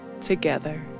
together